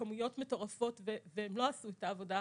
ובכמויות מטורפות, והם לא עשו את העבודה.